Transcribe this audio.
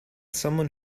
someone